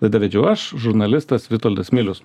laidą vedžiau aš žurnalistas vitoldas milius